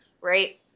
right